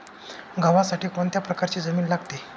गव्हासाठी कोणत्या प्रकारची जमीन लागते?